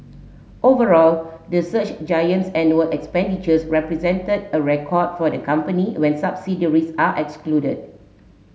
overall the search giant's annual expenditures represented a record for the company when subsidiaries are excluded